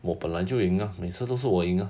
我本来就赢啊每次都是我赢啊